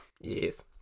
yes